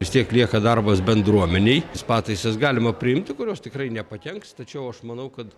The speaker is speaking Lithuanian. vis tiek lieka darbas bendruomenei pataisas galima priimti kurios tikrai nepakenks tačiau aš manau kad